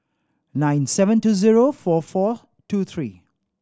nine seven two zero four four two three